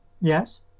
yes